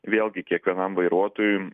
vėlgi kiekvienam vairuotojui